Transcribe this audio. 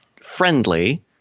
friendly